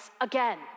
again